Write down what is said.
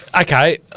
okay